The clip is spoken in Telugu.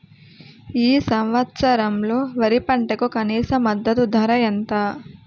ఈ సంవత్సరంలో వరి పంటకు కనీస మద్దతు ధర ఎంత?